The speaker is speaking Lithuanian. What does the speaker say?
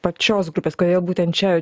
pačios grupės kodėl būtent čia